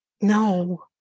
no